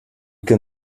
can